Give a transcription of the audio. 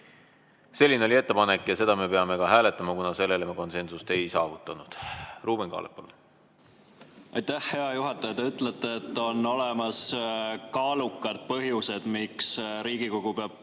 Selline oli ettepanek ja seda me peame hääletama, kuna selles me konsensust ei saavutanud. Ruuben Kaalep, palun! Aitäh, hea juhataja! Te ütlete, et on olemas kaalukad põhjused, miks Riigikogu peab